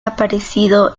aparecido